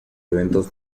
eventos